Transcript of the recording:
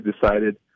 decided